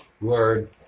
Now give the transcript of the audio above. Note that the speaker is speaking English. Word